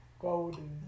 Golden